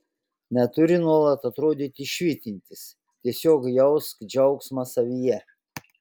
neturi nuolat atrodyti švytintis tiesiog jausk džiaugsmą savyje